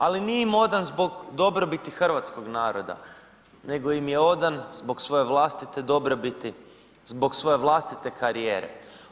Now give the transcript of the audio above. Ali nije im odan zbog dobrobiti hrvatskog naroda nego im je odan zbog svoje vlastite dobrobiti, zbog svoje vlastite karijere.